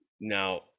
Now